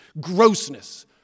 grossness